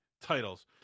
titles